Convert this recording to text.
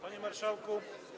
Panie Marszałku!